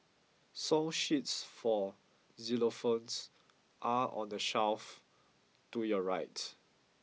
song sheets for xylophones are on the shelf to your right